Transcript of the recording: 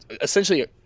essentially